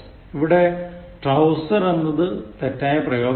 ഇവിടെ trouser എന്നത് തെറ്റായ പ്രയോഗമാണ്